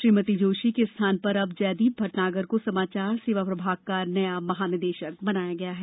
श्रीमती जोशी के स्थान पर अब जयदीप भटनागर को समाचार सेवा प्रभाग का नया महानिदेशक बनाया गया है